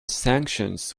sanctions